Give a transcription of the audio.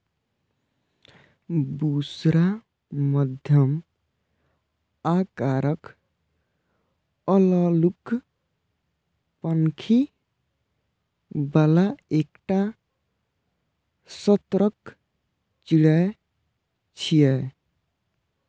बुशरा मध्यम आकारक, हल्लुक पांखि बला एकटा सतर्क चिड़ै छियै